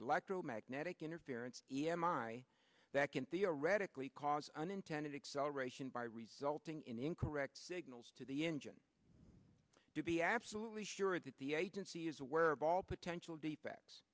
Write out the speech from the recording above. electromagnetic interference e m i that can theoretically cause unintended acceleration by resulting in incorrect signals to the engine to be absolutely sure that the agency is aware of all potential defects